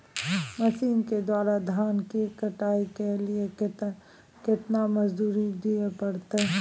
Machine के द्वारा धान की कटाइ के लिये केतना मजदूरी दिये परतय?